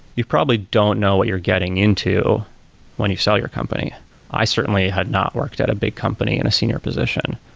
you probably don't know what you're getting into when you sell your company i certainly had not worked at a big company in a senior position.